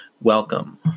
welcome